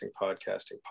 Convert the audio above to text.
podcasting